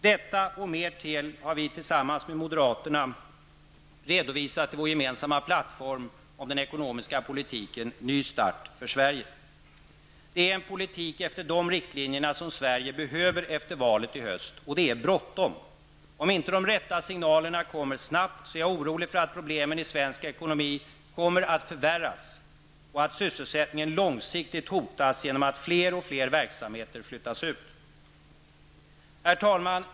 Detta, och mer till, har vi tillsammans med moderaterna redovisat i vår gemensamma plattform om den ekonomiska politiken, Ny start för Sverige. Det är en politik efter dessa riktlinjer som Sverige behöver efter valet i höst. Och det är bråttom. Om inte de rätta signalerna kommer snabbt är jag orolig för att problemen i svensk ekonomi kommer att förvärras och att sysselsättningen långsiktigt hotas genom att fler och fler verksamheter flyttas ut. Herr talman!